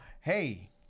hey